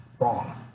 wrong